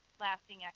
lasting